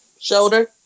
shoulder